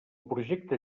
projecte